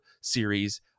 series